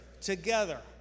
together